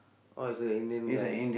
oh is a Indian guy